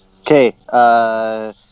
Okay